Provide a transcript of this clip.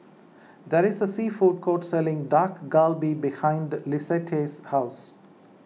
there is a sea food court selling Dak Galbi behind Lissette's house